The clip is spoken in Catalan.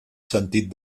sentit